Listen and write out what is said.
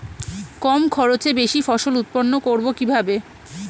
কম খরচে বেশি ফসল উৎপন্ন করব কিভাবে?